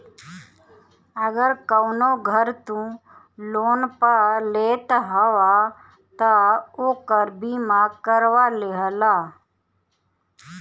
अगर कवनो घर तू लोन पअ लेत हवअ तअ ओकर बीमा करवा लिहअ